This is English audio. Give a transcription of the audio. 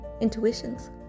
Intuitions